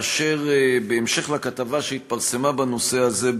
בהמשך לכתבה שהתפרסמה בנושא הזה,